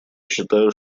считаю